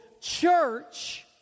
church